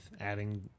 adding